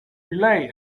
relay